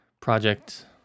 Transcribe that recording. Project